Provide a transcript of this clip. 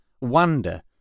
wonder